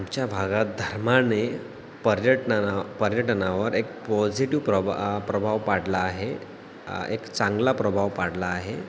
आमच्या भागात धर्माने पर्यटना पर्यटनावर एक पॉझिटिव्ह प्रभा प्रभाव पाडला आहे एक चांगला प्रभाव पाडला आहे